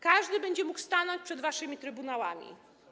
Każdy będzie mógł stanąć przed waszymi trybunałami.